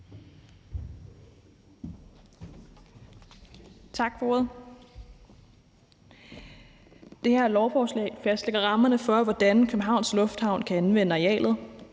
Tak for ordet. Det her lovforslag fastlægger rammerne for, hvordan Københavns Lufthavn kan anvende arealet.